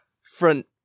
front